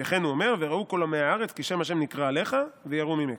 וכן הוא אומר 'וראו כל עמי הארץ כי שם ה' נקרא עליך ויראו ממך'.